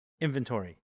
inventory